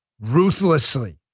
Ruthlessly